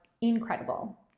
incredible